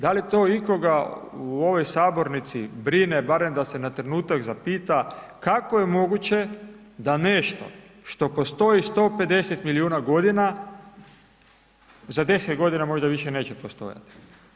Da li to ikoga u ovoj sabornici brine barem da se na trenutak zapita kako je moguće da nešto što postoji 150 milijuna godina za 10 godina možda više neće postojati?